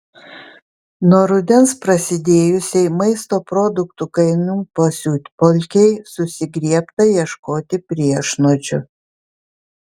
nuo rudens prasidėjusiai maisto produktų kainų pasiutpolkei susigriebta ieškoti priešnuodžių